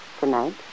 Tonight